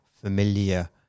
familiar